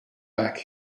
back